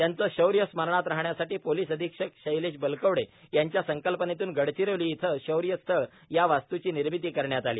त्यांचे शौर्य स्मरणात राहण्यासाठी पोलिस अधीक्षक शैलेश बलकवडे यांच्या संकल्पनेतून गडचिरोली इथं शौर्य स्थळ या वास्तूची निर्मिती करण्यात आली